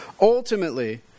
Ultimately